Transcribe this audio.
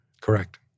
Correct